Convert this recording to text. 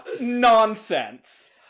nonsense